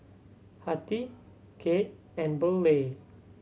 Hattie Kade and Burleigh